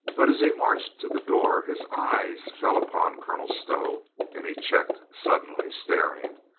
but as he marched to the door his eyes fell upon colonel stow and he checked suddenly, staring.